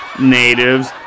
natives